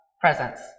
presence